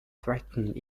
threatened